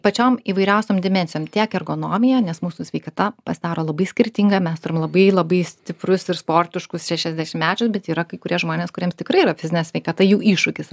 pačiom įvairiausiom dimensijom tiek ergonomija nes mūsų sveikata pasidaro labai skirtinga mes turim labai labai stiprius ir sportiškus šešiasdešimtmečius bet yra kai kurie žmonės kuriems tikrai yra fizinė sveikata jau iššūkis